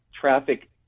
traffic